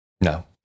No